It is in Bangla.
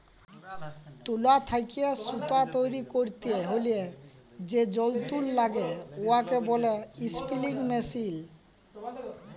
তুলা থ্যাইকে সুতা তৈরি ক্যইরতে হ্যলে যে যল্তর ল্যাগে উয়াকে ব্যলে ইস্পিলিং মেশীল